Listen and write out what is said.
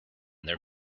their